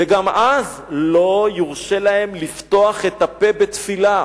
וגם אז לא יורשה להם לפתוח את הפה בתפילה.